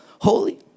holy